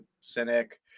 cynic